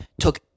took